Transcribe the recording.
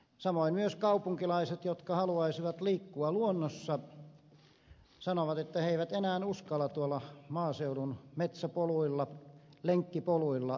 samoin myös kaupunkilaiset jotka haluaisivat liikkua luonnossa sanovat että he eivät enää uskalla tuolla maaseudun metsäpoluilla lenkkipoluilla kulkea